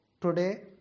Today